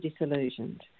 disillusioned